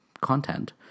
content